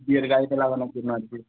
বিয়ের গাড়িতে লাগানোর জন্য আর কি